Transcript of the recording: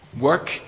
work